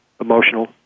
emotional